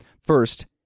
First